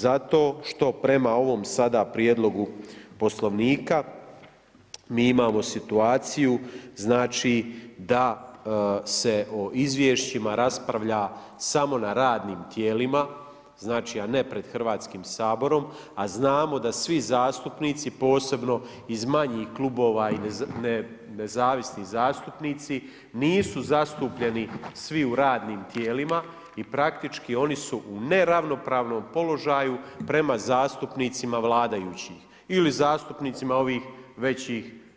Zato što prema ovom sada Prijedlogu Poslovnika mi imamo situaciju znači da se o izvješćima raspravlja samo na radnim tijelima, a ne pred Hrvatskim saborom, a znamo da svi zastupnici posebno iz manjih klubova i nezavisni zastupnici nisu zastupljeni svi u radnim tijelima i praktički oni su u neravnopravnom položaju prema zastupnicima vladajućih ili zastupnicima ovih